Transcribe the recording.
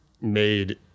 made